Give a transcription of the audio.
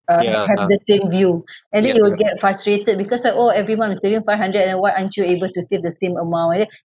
uh have the same view and then you will get frustrated because right oh every month I'm saving five hundred and why aren't you able to save the same amount ya